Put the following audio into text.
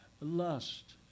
Lust